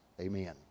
Amen